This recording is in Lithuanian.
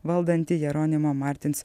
valdanti jeronimo martins